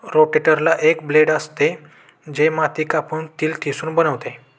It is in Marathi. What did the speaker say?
रोटेटरला एक ब्लेड असते, जे माती कापून तिला ठिसूळ बनवते